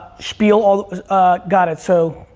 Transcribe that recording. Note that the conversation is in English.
spiel all, got it, so.